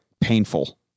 painful